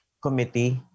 committee